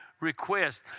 request